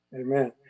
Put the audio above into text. Amen